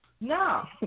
No